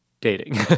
dating